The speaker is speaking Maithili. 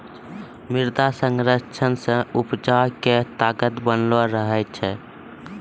मृदा संरक्षण से उपजा के ताकत बनलो रहै छै